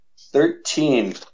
Thirteen